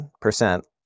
percent